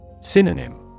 Synonym